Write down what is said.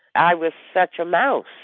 i was such a mouse